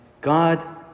God